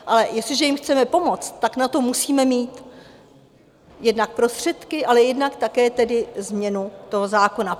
Ale jestliže jim chceme pomoct, tak na to musíme mít jednak prostředky, ale jednak také tedy změnu zákona.